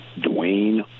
Dwayne